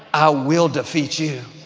i will defeat you.